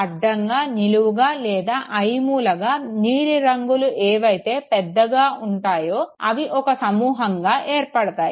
అడ్డంగా నిలువుగా లేదా ఐమూలగా నీలి రంగులు ఏవైతే పెద్దగా ఉంటాయో అవి ఒక సమూహంగా ఏర్పడతాయి